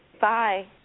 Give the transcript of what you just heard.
Bye